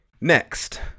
Next